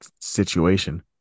situation